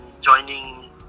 joining